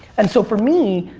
and so for me,